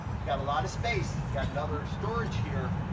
you've got a lot of space, got another storage here,